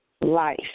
life